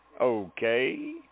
okay